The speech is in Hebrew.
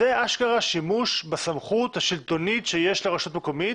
זה אשכרה שימוש בסמכות השלטונית שיש לרשות מקומית